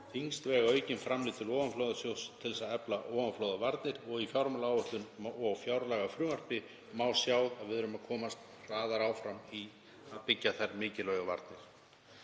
Þyngst vega aukin framlög til ofanflóðasjóðs til að efla ofanflóðavarnir. Í fjármálaáætlun og fjárlagafrumvarpi má sjá að við erum að komast hraðar áfram í að byggja þær mikilvægu varnir.